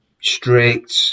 strict